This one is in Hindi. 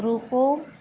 रुको